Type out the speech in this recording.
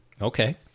Okay